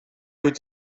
would